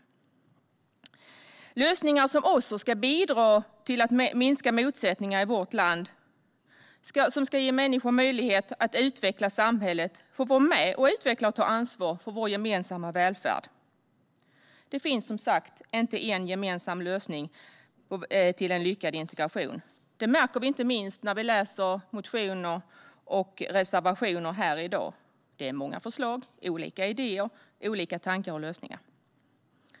Dessa lösningar ska också bidra till att minska motsättningarna i vårt land och ge människor möjlighet att utveckla samhället och ta ansvar för vår gemensamma välfärd. Det finns som sagt inte en gemensam lösning för en lyckad integration. Detta märker vi inte minst när vi läser motioner och reservationer i dag. Det är många förslag och olika idéer, tankar och lösningar.